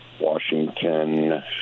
Washington